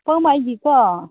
ꯄꯥꯎꯃꯥꯏꯒꯤ ꯀꯣ